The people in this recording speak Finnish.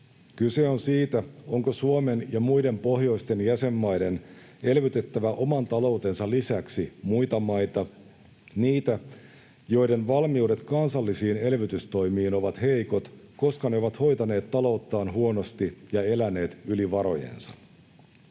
Kyse on siitä, onko Suomen ja muiden pohjoisten jäsenmaiden elvytettävä oman taloutensa lisäksi muita maita, niitä, joiden valmiudet kansallisiin elvytystoimiin ovat heikot, koska ne ovat hoitaneet talouttaan huonosti ja eläneet yli varojensa.